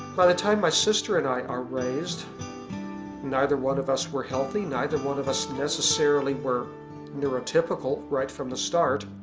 by the time my sister and i are raised neither one of us were healthy neither of us necessarily were neuro-typical right from the start.